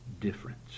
difference